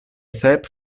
sep